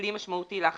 כלי משמעותי לאכיפה.